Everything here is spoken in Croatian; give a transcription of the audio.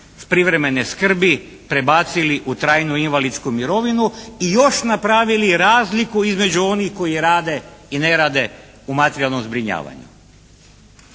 privremene skrbi prebacili u trajnu invalidsku mirovinu i još napravili razliku između onih koji rade i ne rade u materijalnom zbrinjavanju.